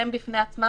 הם בפני עצמם,